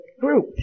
group